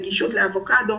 אבוקדו,